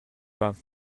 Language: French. pas